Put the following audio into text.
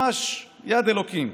ממש יד אלוקים.